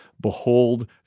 Behold